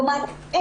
כלומר,